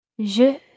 Je